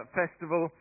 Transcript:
festival